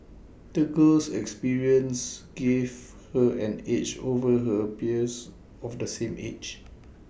the girl's experiences gave her an edge over her peers of the same age